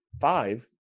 five